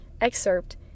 Excerpt